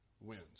wins